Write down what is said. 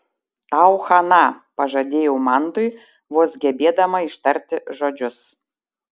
tau chana pažadėjau mantui vos gebėdama ištarti žodžius